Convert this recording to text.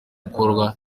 gikorwa